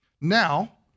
Now